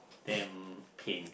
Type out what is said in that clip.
damn pain